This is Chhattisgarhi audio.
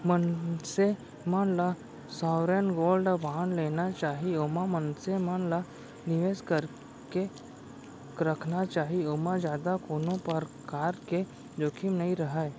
मनसे मन ल सॉवरेन गोल्ड बांड लेना चाही ओमा मनसे मन ल निवेस करके रखना चाही ओमा जादा कोनो परकार के जोखिम नइ रहय